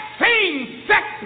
same-sex